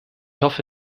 hoffe